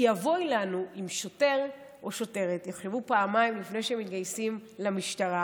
כי אבוי לנו אם שוטר או שוטרת יחשבו פעמיים לפני שהם מתגייסים למשטרה,